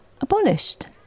abolished